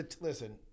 Listen